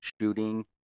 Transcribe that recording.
shooting